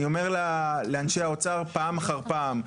אני אומר לאנשי האוצר פעם אחר פעם,